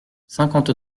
cinquante